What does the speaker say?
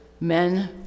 men